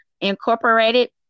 Incorporated